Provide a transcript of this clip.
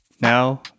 Now